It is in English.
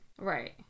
Right